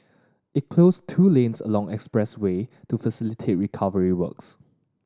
it closed two lanes along expressway to facilitate recovery works